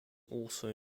also